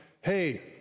hey